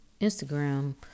Instagram